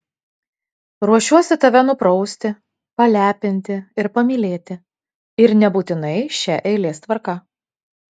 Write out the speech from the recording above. ruošiuosi tave nuprausti palepinti ir pamylėti ir nebūtinai šia eilės tvarka